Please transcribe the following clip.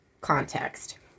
context